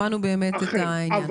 אכן.